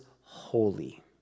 holy